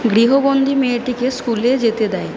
গৃহবন্দি মেয়েটিকে স্কুলে যেতে দেয়নি